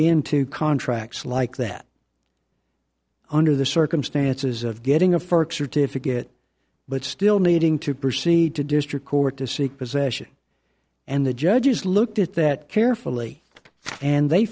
into contracts like that under the circumstances of getting a fork certificate but still needing to proceed to district court to seek possession and the judges looked at that carefully and they